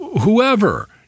whoever